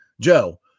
Joe